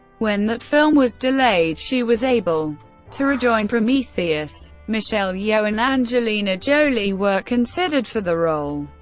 when that film was delayed, she was able to rejoin prometheus. michelle yeoh and angelina jolie were considered for the role.